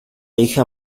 hija